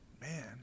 man